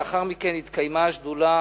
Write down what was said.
לאחר מכן התכנסה השדולה